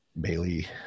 Bailey